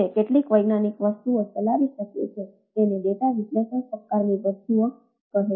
કેટલીક વૈજ્ઞાનિક વસ્તુઓ ચલાવી શકે છે તેને ડેટા વિશ્લેષણ પ્રકારની વસ્તુ કહે છે